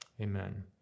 Amen